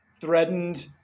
threatened